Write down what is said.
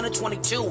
22